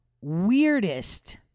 weirdest